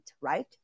Right